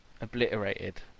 obliterated